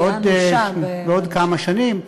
בעוד כמה שנים,